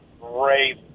Great